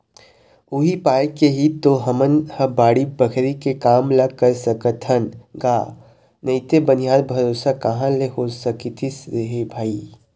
उही पाय के ही तो हमन ह बाड़ी बखरी के काम ल कर सकत हन गा नइते बनिहार भरोसा कहाँ ले हो सकतिस रे भई